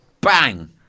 bang